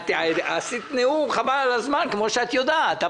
עשית נאום חבל על הזמן כמו שאת יודעת.